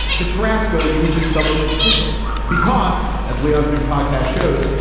the transco loses some of its sizzle because as leon's new podcast shows,